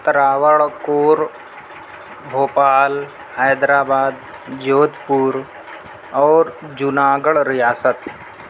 Travancore Bhopal Hyderabad Jodhpur اور جوناگڑھ ریاست